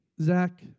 Zach